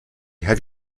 have